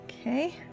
Okay